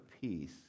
peace